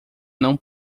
não